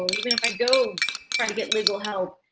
even if i go try to get legal help,